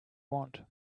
want